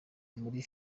muri